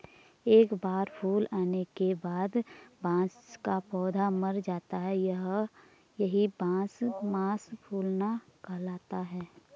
एक बार फूल आने के बाद बांस का पौधा मर जाता है यही बांस मांस फूलना कहलाता है